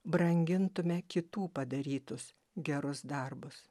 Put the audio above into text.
brangintume kitų padarytus gerus darbus